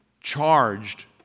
charged